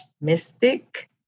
mystic